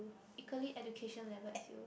equally education level as you